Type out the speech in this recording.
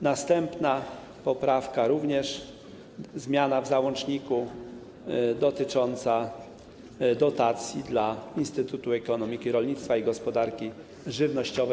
Następna poprawka - również zmiana w załączniku, dotycząca dotacji dla Instytutu Ekonomiki Rolnictwa i Gospodarki Żywnościowej.